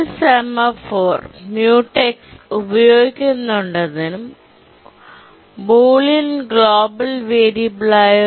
ഒരു semaphore mutex ഉപയോഗിക്കുന്നുണ്ടെന്നും Boolean global വേരിയബിളായ Boolean global variable